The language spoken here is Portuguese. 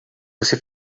você